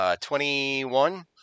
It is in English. Twenty-one